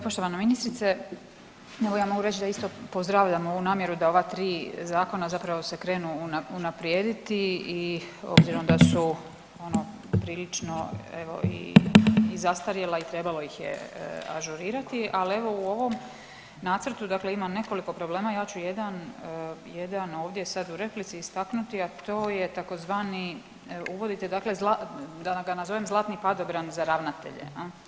Poštovana ministrice, evo ja mogu reći da zašto pozdravljam ovu namjeru da ova 3 zakona napravo se krenu unaprijediti i obzirom da su ono prilično evo i zastarjela i trebalo ih je ažurirati, ali evo u ovom nacrtu dakle ima nekoliko problema, ja ću jedan, jedan ovdje sad u replici istaknuti, a to je tzv. uvodite dakle, da ga nazovem zlatni padobran za ravnatelje.